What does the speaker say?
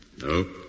No